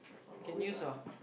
can use ah